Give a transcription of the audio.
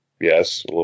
Yes